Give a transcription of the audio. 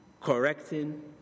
correcting